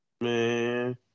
Man